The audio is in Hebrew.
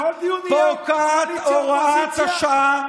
עוד דיון יהיה קואליציה אופוזיציה?